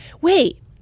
Wait